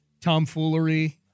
tomfoolery